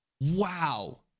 wow